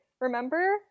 Remember